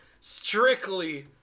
strictly